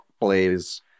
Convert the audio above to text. please